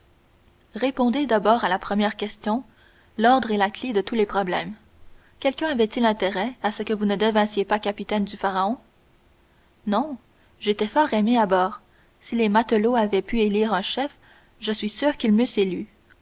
répondez d'abord à la première question l'ordre est la clef de tous les problèmes quelqu'un avait-il intérêt à ce que vous ne devinssiez pas capitaine du pharaon non j'étais fort aimé à bord si les matelots avaient pu élire un chef je suis sûr qu'ils m'eussent